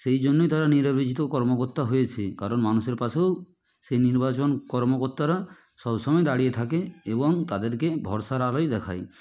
সেই জন্যই তারা নির্বাচিত কর্মকর্তা হয়েছে কারণ মানুষের পাশেও সেই নির্বাচন কর্মকর্তারা সব সময়ই দাঁড়িয়ে থাকে এবং তাদেরকে ভরসার আলোই দেখায়